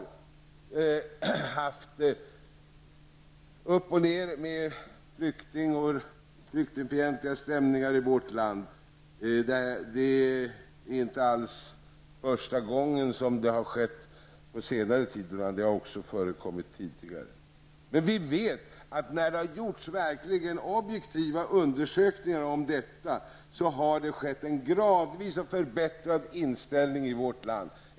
Det har gått upp och ned när det gäller flyktingfientliga stämningar i vårt land. Det som skett under den senaste tiden har inte alls inträffat första gången, utan det har också förekommit tidigare. Men när det gjorts verkligt objektiva undersökningar om detta, har det visat sig att inställningen gradvis förbättrats vårt land.